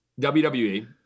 WWE